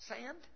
sand